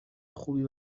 خوبی